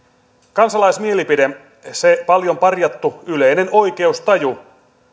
kansalaismielipide se paljon parjattu yleinen oikeustaju